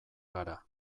gara